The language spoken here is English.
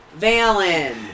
Valen